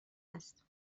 است